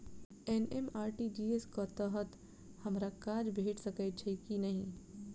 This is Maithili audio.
एम.एन.आर.ई.जी.ए कऽ तहत हमरा काज भेट सकय छई की नहि?